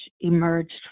emerged